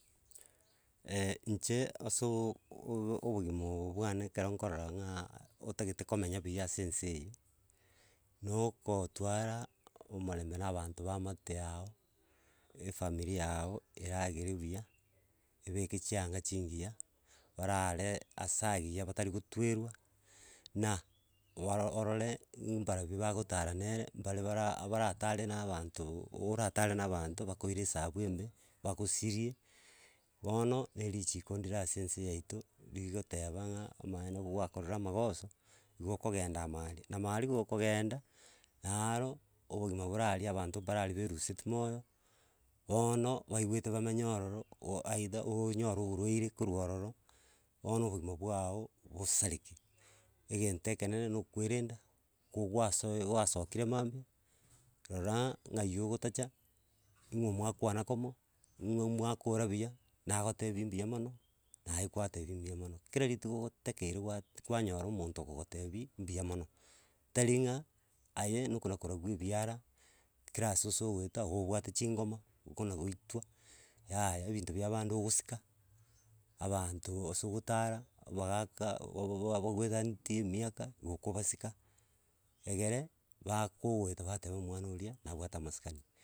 inche ase ooo ooo- obogima obo bwane ekero nkorora ng'a otagete komenya buya ase ense eye, nokotwara omorembe na abanto baamate yago, efamiri yago eragere buya, ebeke chianga chingiya barare asa agiya batari gotwerwa na, waro orore imbarabi bagotara nere, mbare bara abara tare na abanto oratare na abanto bakoire esabu embe, bagosirie, bono na erichiko ndire ase ense yaito, rigoteba ng'a amaene gwakorire amagoso igo okogenda ima aria. Na ime aria gokogenda, naaaro obogima bore aria abanto mbare baeruseti moyo, bono baigwete bamenye ororo o aidha onyore oborwaire korwa ororo bono obogima bwago bosareke. Egento ekenene na okoerenda, kogwasoa gwasokire mambia, roraa ng'ai ogotacha, ng'o mwakwana komo, ng'o mwakora buya nagotebia mbuya mono, naye kwatebia mbuya mono, kera rituko otakeire gwat kwanyora omonto ogogotebia mbuya mono. Tari ng'a, aye nokona korogwa ebiara, kera ase ase goobwate chingoma okona goitwa, yaya ebinto bia abande ogosika, abanto ase ogotara, abagaka bababo bagoeganetie emiaka igo okobasika, egere bakoeta bateba omwana oria nabwate amasikani.